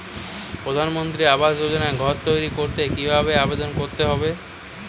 প্রধানমন্ত্রী আবাস যোজনায় ঘর তৈরি করতে কিভাবে আবেদন করতে হবে?